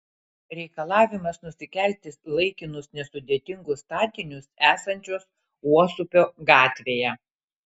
reikalavimas nusikelti laikinus nesudėtingus statinius esančius uosupio gatvėje